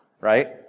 right